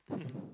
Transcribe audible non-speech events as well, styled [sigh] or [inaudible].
[laughs]